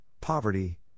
poverty